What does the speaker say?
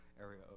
area